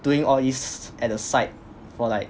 doing all these at the side for like